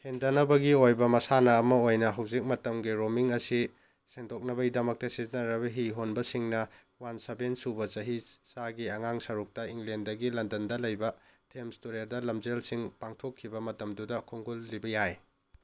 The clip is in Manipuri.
ꯍꯦꯟꯊꯅꯕꯒꯤ ꯑꯣꯏꯕ ꯃꯁꯥꯟꯅ ꯑꯃ ꯑꯣꯏꯅ ꯍꯧꯖꯤꯛ ꯃꯇꯝꯒꯤ ꯔꯣꯃꯤꯡ ꯑꯁꯤ ꯁꯦꯡꯗꯣꯛꯅꯕꯒꯤꯗꯃꯛ ꯁꯤꯖꯤꯟꯅꯔꯕ ꯍꯤ ꯍꯣꯟꯕꯁꯤꯡꯅ ꯋꯥꯟ ꯁꯚꯦꯟ ꯁꯨꯕ ꯆꯍꯤ ꯆꯥꯒꯤ ꯑꯉꯥꯡ ꯁꯔꯨꯛꯇ ꯏꯪꯂꯦꯟꯗꯒꯤ ꯂꯟꯗꯟꯗ ꯂꯩꯕ ꯊꯦꯝꯁ ꯇꯨꯔꯦꯜꯗ ꯂꯝꯖꯦꯜꯁꯤꯡ ꯄꯥꯡꯊꯣꯛꯈꯤꯕ ꯃꯇꯝꯗꯨꯗ ꯈꯣꯡꯒꯨꯜ ꯂꯤꯕ ꯌꯥꯏ